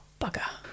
bugger